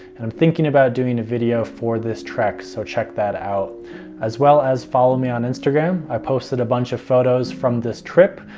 and i'm thinking about doing a video for this trek, so check that out as well as follow me on instagram. i posted a bunch of photos from this trip,